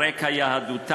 על רקע יהדותם,